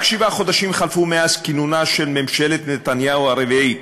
רק שבעה חודשים חלפו מאז כינונה של ממשלת נתניהו הרביעית,